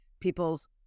people's